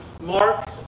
mark